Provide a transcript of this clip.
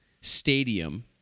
stadium